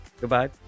goodbye